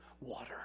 water